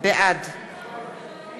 בעד